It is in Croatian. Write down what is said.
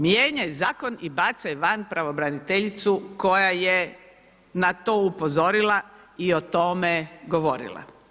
Mijenjaj zakon i bacaj van pravobraniteljicu koja je na to upozorila i o tome govorila.